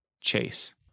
Chase